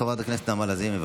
חברת הכנסת נעמה לזימי,